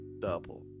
double